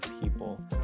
people